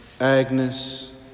Agnes